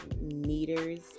meters